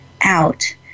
out